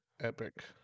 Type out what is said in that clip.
Epic